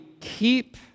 keep